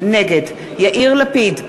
נגד יאיר לפיד,